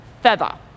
feather